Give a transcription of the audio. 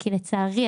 כי לצערי,